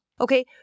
okay